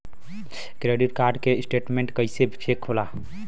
Credit card के statement कइसे check होला?